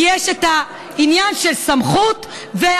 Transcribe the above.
כי יש את העניין של סמכות ואחריות.